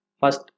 first